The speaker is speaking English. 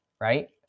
right